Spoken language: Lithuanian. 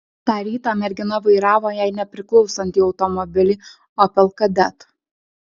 tą rytą mergina vairavo jai nepriklausantį automobilį opel kadett